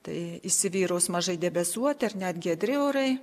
tai įsivyraus mažai debesuoti ar net giedri orai